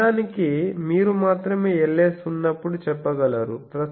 మరియు నిజానికి మీరు మాత్రమే Ls ఉన్నప్పుడు చెప్పగలరు